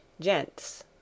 gents